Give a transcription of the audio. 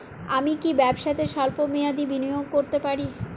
আমি কি ব্যবসাতে স্বল্প মেয়াদি বিনিয়োগ করতে পারি?